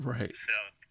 Right